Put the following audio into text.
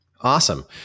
Awesome